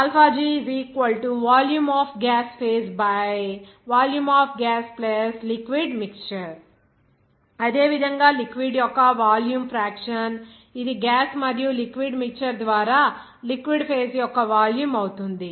G Volume of gas phase Volume of gas liquid mixture అదేవిధంగా liquid యొక్క volume fraction ఇది gas మరియు liquid mixture ద్వారా liquid phase యొక్క వాల్యూమ్ అవుతుంది